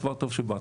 אז כבר טוב שבאתם,